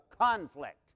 conflict